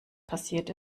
passiert